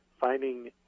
finding